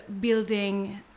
building